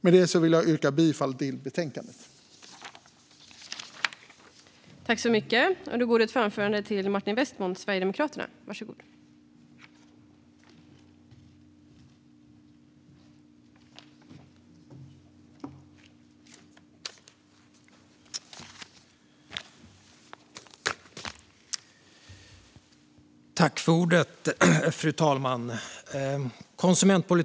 Med detta vill jag yrka bifall till utskottets förslag i betänkandet.